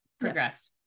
progress